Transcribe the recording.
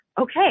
okay